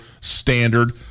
standard